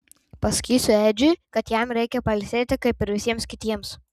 pasakysiu edžiui kad jam reikia pailsėti kaip ir visiems kitiems